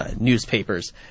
newspapers